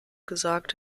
gesagt